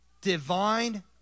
divine